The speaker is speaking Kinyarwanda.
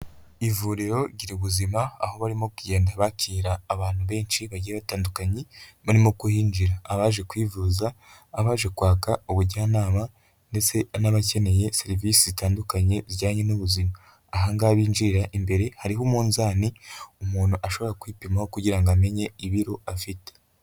Ivuriro gira ubuzima, aho barimo ku kugenda bakira abantu benshi bagiye batandukanye, barimo kuhinjira, abaje kwivuza, abaje kwaka ubujyanama ndetse n'abakeneye serivisi zitandukanye zijyanye n'ubuzima. Ahangaho binjirira imbere hariho umunzani umuntu ashobora kwipimaho kugira ngo amenye ibiro afite.